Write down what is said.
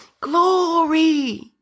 Glory